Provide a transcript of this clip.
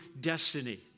destiny